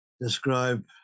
describe